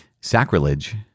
sacrilege